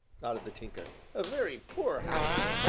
nodded the tinker a very poor house.